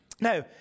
Now